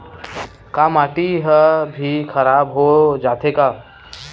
का माटी ह भी खराब हो जाथे का?